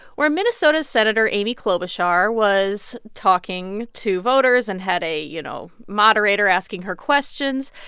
where minnesota senator amy klobuchar was talking to voters and had a, you know, moderator asking her questions.